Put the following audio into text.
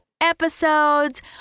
episodes